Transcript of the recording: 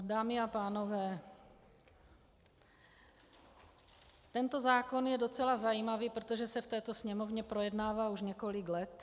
Dámy a pánové, tento zákon je docela zajímavý, protože se v této Sněmovně projednává už několik let.